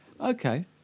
Okay